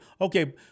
okay